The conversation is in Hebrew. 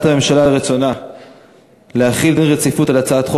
הצעת החוק